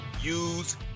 use